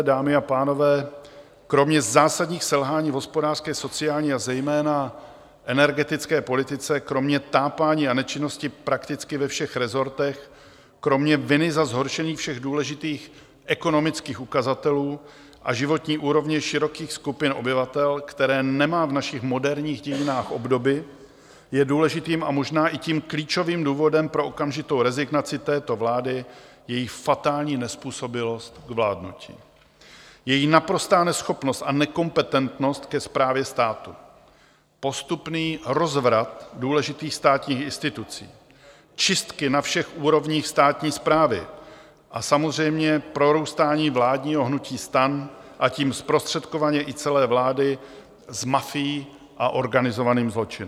Dámy a pánové, kromě zásadních selhání v hospodářské, sociální, a zejména energetické politice, kromě tápání a nečinnosti prakticky ve všech rezortech, kromě viny za zhoršení všech důležitých ekonomických ukazatelů a životní úrovně širokých skupin obyvatel, které nemá v našich moderních dějinách obdoby, je důležitým a možná i klíčovým důvodem pro okamžitou rezignaci této vlády její fatální nezpůsobilost k vládnutí, její naprostá neschopnost a nekompetentnost ke správě státu, postupný rozvrat důležitých státních institucí, čistky na všech úrovních státní správy a samozřejmě prorůstání vládního hnutí STAN, a tím zprostředkovaně i celé vlády, s mafií a organizovaným zločinem.